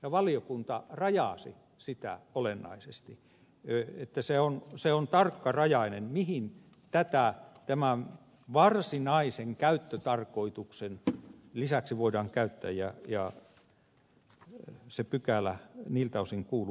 ja valiokunta rajasi sitä olennaisesti että se on tarkkarajainen mihin tätä tämän varsinaisen käyttötarkoituksen lisäksi voidaan käyttää ja se pykälä niiltä osin kuuluu